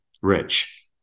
Rich